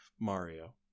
Mario